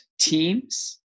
teams